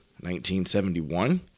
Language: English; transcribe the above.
1971